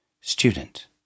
Student